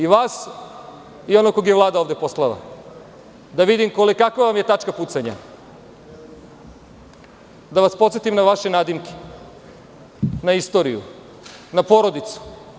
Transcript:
I vas i onog kog je Vlada ovde poslala, da vidim kakva vam je tačka pucanja, da vas podsetim na vaše nadimke, na istoriju, na porodicu?